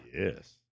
Yes